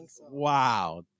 Wow